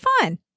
fun